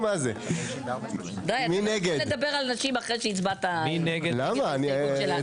מספיק לדבר על נשים אחרי שהצבעת נגד ההסתייגות שלנו.